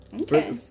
Okay